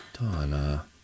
Donna